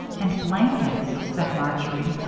and blankets? said marjory.